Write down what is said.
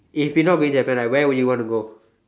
if you're not going Japan ah where would you want to go